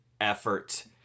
effort